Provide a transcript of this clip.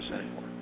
anymore